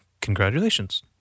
congratulations